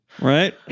Right